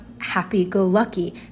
happy-go-lucky